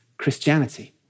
Christianity